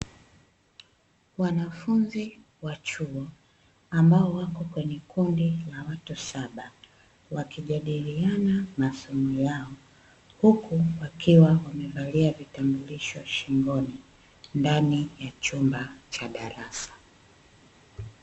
Wanafunzi wa chuo ambao wako kwenye kundi la watu saba wakijadiliana masomo yao, huku wakiwa wamevalia vitambulisho shingoni ndani ya chumba cha darasa.